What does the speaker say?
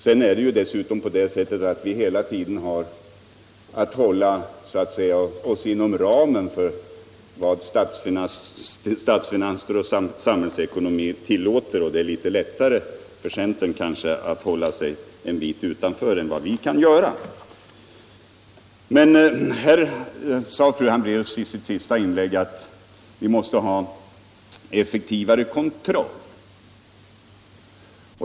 Sedan är det dessutom så att vi hela tiden har att hålla oss inom ramen för vad statsfinanser och samhällsekonomi tillåter, och det är kanske litet lättare för centern att hålla sig en bit utanför än vad det är för oss. I sitt senaste inlägg sade fru Hambraeus att vi måste ha effektivare kontroll.